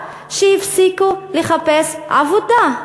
שהפסיקו לחפש עבודה,